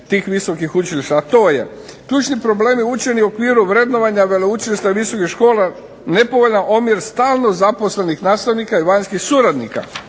tih visokih učilišta, a to je ključni problemi učenja u okviru vrednovanja veleučilišta visokih škola nepovoljan omjer stalno zaposlenih nastavnika i vanjskih suradnika,